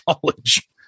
college